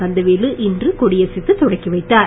கந்தவேலு இன்று கொடியசைத்துத் தொடக்கிவைத்தார்